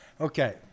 okay